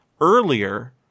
earlier